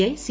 I C